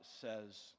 says